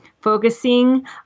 focusing